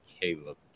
Caleb